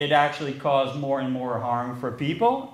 זה בעצם עושה יותר ויותר נזק לאנשים.